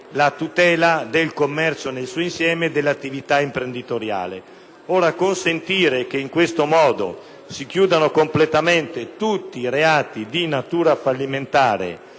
la tutela del commercio nel suo insieme e dell’attivitaimprenditoriale. Consentire in questo modo che si chiudano completamente tutti i reati di natura fallimentare